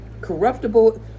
corruptible